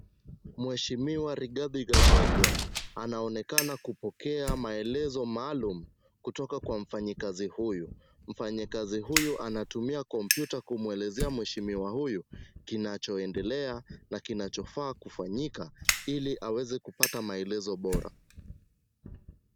Mheshimiwa Rigathi Gashagua anaonekana kupokea maelezo maalum kutoka kwa mfanyakazi huyu. Mfanyakazi huyu anatumia kompyuta kumwelezea mheshimiwa huyu kinachoendelea, na kinachofaa kufanyika ili aweze kupata maelezo bora.